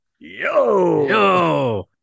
Yo